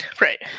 Right